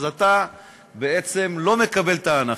אז אתה לא מקבל את ההנחה.